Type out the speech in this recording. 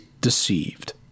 deceived